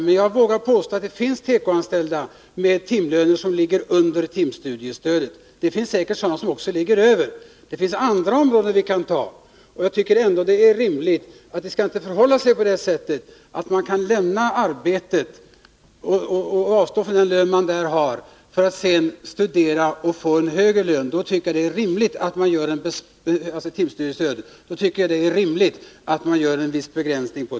Men jag vågar påstå att det finns tekoanställda med timlöner som ligger under timstudiestödet, även om det också finns tekoanställda med timlöner som ligger över detta stöd. Det är inte rimligt att man skall kunna lämna sitt arbete och avstå från lönen för att sedan studera och få en högre ekonomisk ersättning. Därför tycker jag att timstudiestödet bör begränsas något.